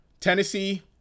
Tennessee